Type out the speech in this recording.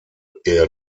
eher